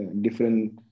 different